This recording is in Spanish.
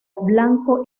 blanco